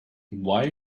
why